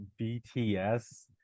BTS